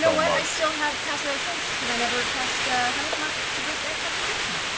i still have pass without a trace, because i never cast hunter's mark to break that concentration.